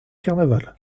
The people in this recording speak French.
carnaval